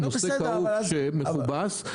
זה נושא כאוב שמכובס.